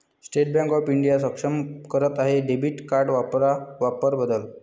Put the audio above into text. state Bank of India अक्षम करत आहे डेबिट कार्ड वापरा वापर बदल